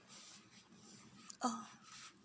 uh